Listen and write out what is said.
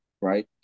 right